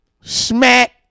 Smack